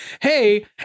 hey